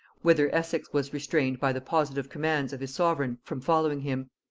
whither essex was restrained by the positive commands of his sovereign from following him.